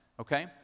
okay